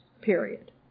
period